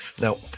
Now